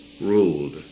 ruled